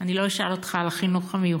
אני לא אשאל אותך על החינוך המיוחד,